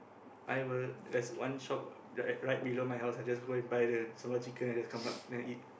I have a there's one shop that right below my house I just go and buy the sambal chicken and just come up and then eat